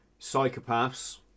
psychopaths